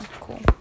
Cool